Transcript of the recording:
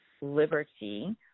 liberty